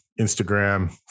Instagram